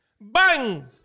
Bang